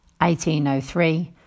1803